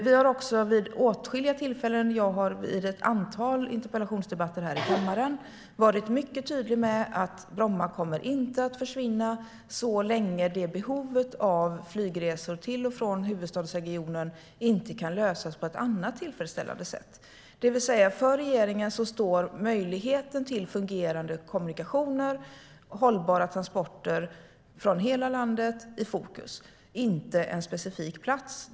Jag har också vid åtskilliga tillfällen och i ett antal interpellationsdebatter här i kammaren varit mycket tydlig med att Bromma inte kommer att försvinna så länge behovet av flygresor till och från huvudstadsregionen inte kan lösas på ett annat tillfredsställande sätt. Det betyder att för regeringen står möjligheten till fungerande kommunikationer och hållbara transporter från hela landet i fokus, inte en specifik plats.